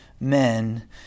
men